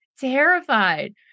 Terrified